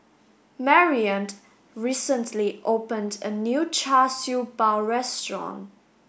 Marrion recently opened a new Char Siew Bao restaurant